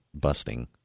busting